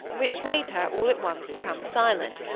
which made her all at once become silent,